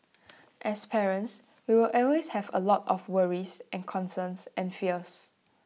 as parents we will always have A lot of worries and concerns and fears